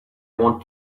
want